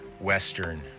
Western